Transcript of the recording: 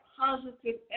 positive